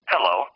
Hello